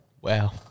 Wow